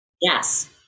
Yes